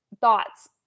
thoughts